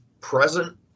present